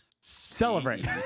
Celebrate